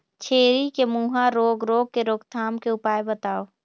छेरी के मुहा रोग रोग के रोकथाम के उपाय बताव?